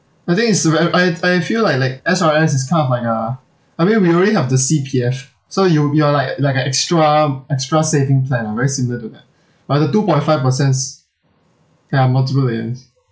I think it's very I I feel like like S_R_S it's kind of like uh I mean we already have the C_P_F so you you are like like a extra extra saving plan ah very similar to that but the two point five percents ya multiple